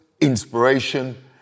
inspiration